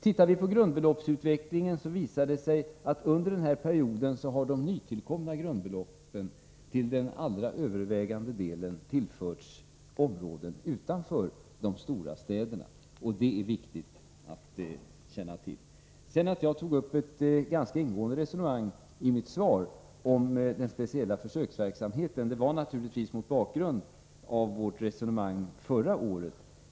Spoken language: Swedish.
Ser man grundbeloppsutvecklingen finner man att de nytillkomna grundbeloppen under den här perioden till den övervägande delen tillförts områden utanför de stora städerna, och det är viktigt att känna till. Jag tog i mitt svar upp ett ganska ingående resonemang om den speciella försöksverksamheten, och det gjorde jag mot bakgrund av vårt resonemang förra året.